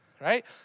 right